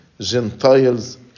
Gentiles